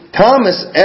Thomas